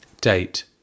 Date